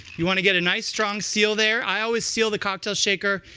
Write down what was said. you want to get a nice strong seal there. i always seal the cocktail shaker.